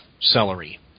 celery